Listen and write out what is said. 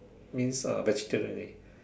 means uh vegetarian already